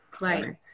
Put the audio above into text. Right